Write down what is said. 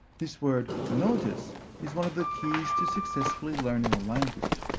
this word notice is one of the keys to successfully learning a language.